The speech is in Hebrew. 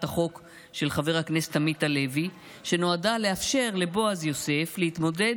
החוק של חבר הכנסת עמית הלוי שנועדה לאפשר לבועז יוסף להתמודד